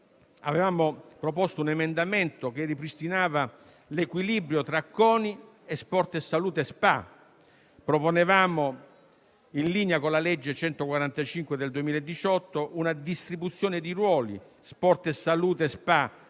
avevamo proposto un emendamento che ripristinava l'equilibrio tra CONI e Sport e salute spa. Proponevamo, in linea con la legge n. 145 del 2018, una distribuzione di ruoli: Sport e salute SpA